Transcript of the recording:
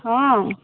ହଁ